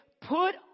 put